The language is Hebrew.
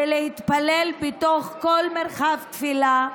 מלהתפלל בתוך כל מרחב תפילה,